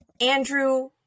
Andrew